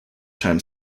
time